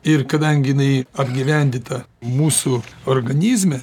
ir kadangi jnai apgyvendyta mūsų organizme